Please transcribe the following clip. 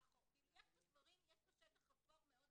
אפור גדול מאוד,